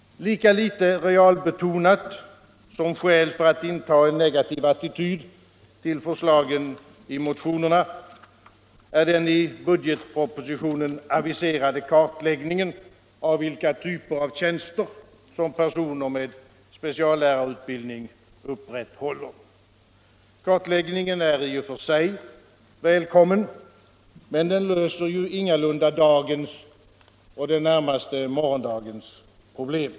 Lika litet realbetonad som skäl för att inta en negativ attityd till förslagen i motionerna är den i budgetpropositionen aviserade kartläggningen av vilka typer av tjänster som personer med speciallärarutbildning upprätthåller. Kartläggningen är i och för sig välkommen, men den löser ju ingalunda dagens och morgondagens problem.